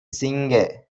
சிங்க